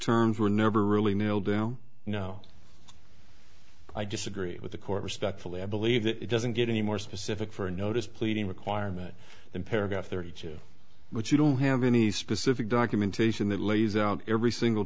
terms were never really nailed down now i disagree with the court respectfully i believe that it doesn't get any more specific for a notice pleading requirement in paragraph thirty two but you don't have any specific documentation that lays out every single